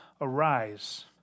Arise